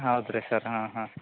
ಹೌದು ರೀ ಸರ್ ಹಾಂ ಹಾಂ